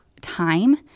time